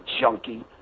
junkie